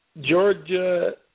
Georgia